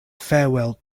farewell